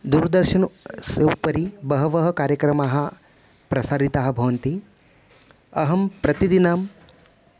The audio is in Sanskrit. दूरदर्शनस्य उपरि बहवः कार्यक्रमाः प्रसारिताः भवन्ति अहं प्रतिदिनं